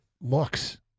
looks